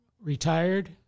retired